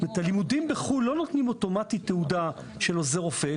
הלימודים בחו"ל לא נותנים אוטומטית תעודה של עוזר רופא,